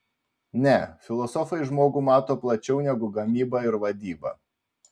ne filosofai žmogų mato plačiau negu gamyba ir vadyba